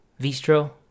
Vistro